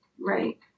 Right